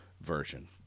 version